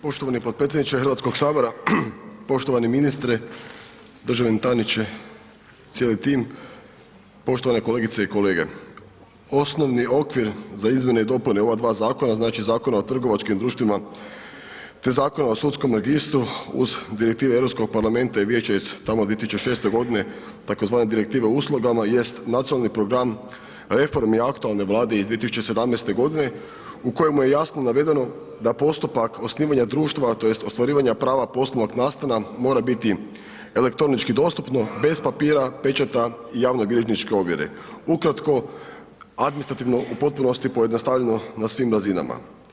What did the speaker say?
Poštovani podpredsjedniče Hrvatskog sabora, poštovani ministre, državni tajniče, cijeli tim, poštovane kolegice i kolege, osnovni okvir za izmjene i dopune ova dva zakona znači Zakona o trgovačkim društvima te Zakona o sudskom registru uz Direktive Europskog parlamenta i vijeća iz tamo 2006. godine tzv. Direktive o uslugama jest nacionalni program reformi aktualne Vlade iz 2017. godine u kojemu je jasno navedeno da postupak osnivanja društva, tj. ostvarivanje prava poslovnog nastana mora biti elektronički dostupno bez papira, pečata i javno bilježničke ovjere, ukratko administrativno u potpunosti pojednostavljeno na svim razinama.